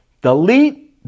Delete